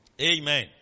Amen